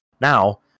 Now